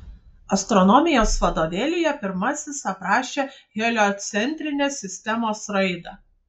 astronomijos vadovėlyje pirmasis aprašė heliocentrinės sistemos raidą